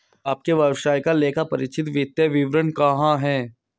आपके व्यवसाय का लेखापरीक्षित वित्तीय विवरण कहाँ है?